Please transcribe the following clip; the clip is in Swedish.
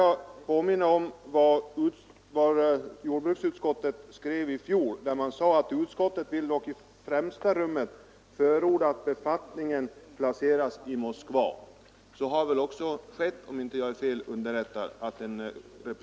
Jag vill påminna om vad jordbruksutskottet skrev i fjol: ”Utskottet vill dock i främsta rummet förorda att befattningen placeras i Moskva.” Så har väl också skett, om jag inte är fel underrättad.